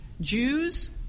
Jews